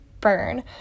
Burn